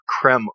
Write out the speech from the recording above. creme